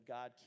God